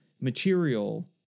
material